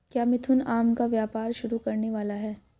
क्या मिथुन आम का व्यापार शुरू करने वाला है?